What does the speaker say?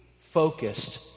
focused